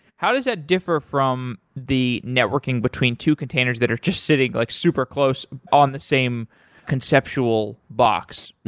how does that differ from the networking between two containers that are just sitting like super close on the same conceptual box?